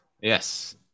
Yes